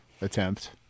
attempt